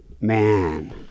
Man